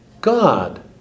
God